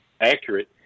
accurate